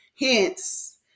Hence